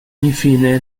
infine